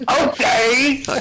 Okay